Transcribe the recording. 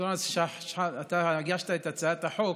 שכן, אנטאנס שחאדה, אתה הגשת את הצעת החוק,